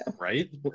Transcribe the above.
right